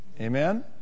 Amen